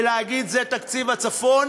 ולהגיד: זה תקציב הצפון.